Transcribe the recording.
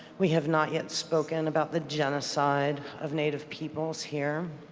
we have not yet spoken about the genocide of native peoples here.